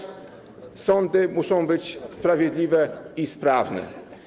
Sądy muszą być sprawiedliwe i sprawne.